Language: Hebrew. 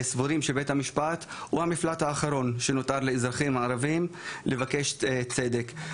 סבורים שבית המשפט הוא המפלט האחרון שנותר לאזרחים הערביים לבקש צדק.